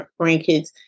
grandkids